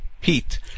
heat